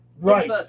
Right